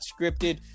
scripted